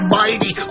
mighty